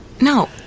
No